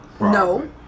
No